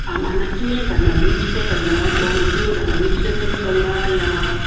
हा माना कीअं कंदा बीच ते कंदा ड्रोन कीअं कंदा बीच जे थ्रू कंदा या